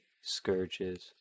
scourges